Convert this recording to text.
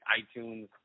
iTunes